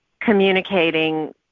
communicating